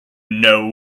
know